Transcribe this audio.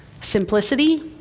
simplicity